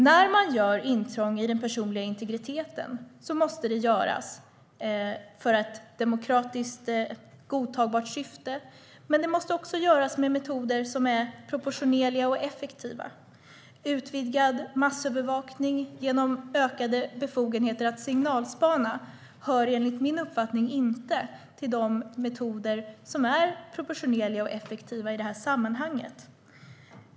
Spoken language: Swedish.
När man gör intrång i den personliga integriteten måste det göras för ett demokratiskt godtagbart syfte, men det måste också göras med metoder som är proportionerliga och effektiva. Utvidgad massövervakning genom ökade befogenheter att signalspana hör enligt min uppfattning inte till de metoder som är proportionerliga och effektiva i det här sammanhanget.